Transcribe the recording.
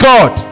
God